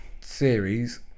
series